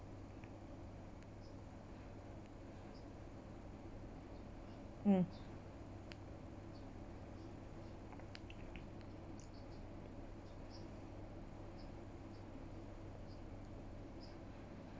mm